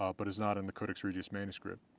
ah but is not in the codex regius manuscript